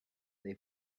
they